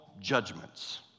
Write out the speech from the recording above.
judgments